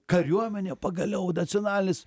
kariuomenė pagaliau nacionalinis